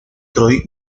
troy